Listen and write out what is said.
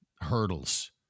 hurdles